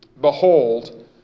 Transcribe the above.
Behold